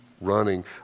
running